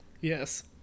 Yes